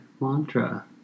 mantra